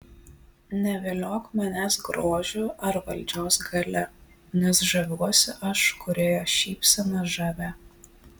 neviliok manęs grožiu ar valdžios galia nes žaviuosi aš kūrėjo šypsena žavia